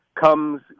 comes